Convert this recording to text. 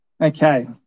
Okay